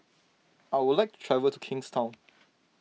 I would like to travel to Kingstown